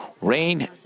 rain